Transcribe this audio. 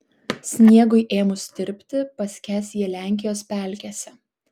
sniegui ėmus tirpti paskęs jie lenkijos pelkėse